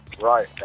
right